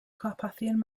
carpathian